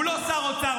הוא לא שר אוצר,